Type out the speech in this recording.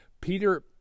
Peter